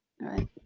right